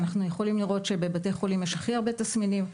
אנחנו יכולים לראות שבבתי חולים יש הכי הרבה תסמינים,